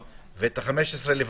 ואת ה-15 לבטל.